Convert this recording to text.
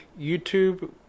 YouTube